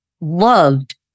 loved